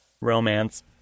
Romance